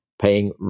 paying